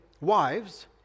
wives